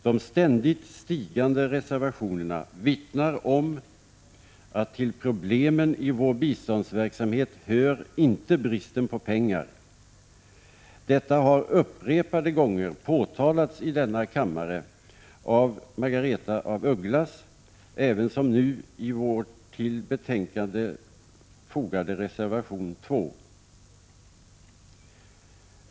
De ständigt stigande reservationerna vittnar om att till problemen i vår biståndsverksamhet hör inte bristen på pengar. Detta har upprepade gånger påtalats i denna kammare av Margaretha af Ugglas, ävensom nu i vår till betänkandet fogade reservation nr 2.